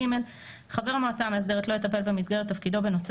(ג)חבר המועצה המאסדרת לא יטפל במסגרת תפקידו בנושא